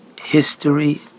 History